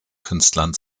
künstlern